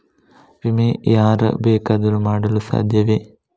ವಿಮೆ ಯಾರು ಬೇಕಾದರೂ ಮಾಡಲು ಸಾಧ್ಯವೇ?